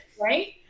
Right